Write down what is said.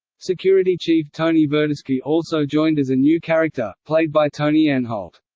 security chief tony verdeschi also joined as a new character, played by tony anholt.